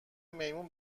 میمون